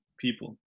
people